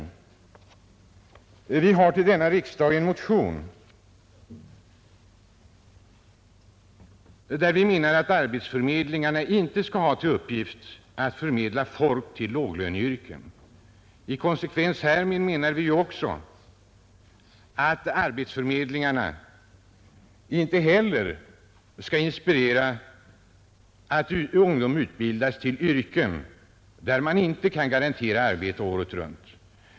Vi inom vpk har till denna riksdag väckt en motion, i vilken vi hävdar att arbetsförmedlingarna inte skall ha till uppgift att förmedla folk till låglöneyrken. I konsekvens härmed menar vi att arbetsförmedlingarna inte heller skall inspirera ungdomarna till utbildning inom yrken där man inte kan garantera arbete året runt.